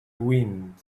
wind